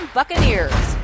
Buccaneers